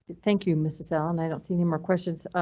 thank you, mrs allen. i don't see any more questions.